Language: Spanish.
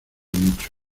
mucho